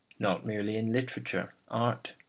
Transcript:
not merely in literature, art,